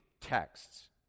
texts